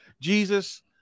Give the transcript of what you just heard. Jesus